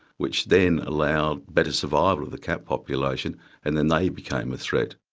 which then allowed better survival of the cat population and then they became a threat.